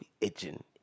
itching